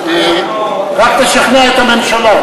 רק תשכנע את הממשלה.